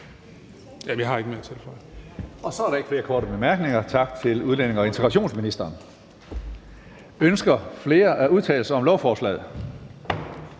Jeg har ikke mere at tilføje.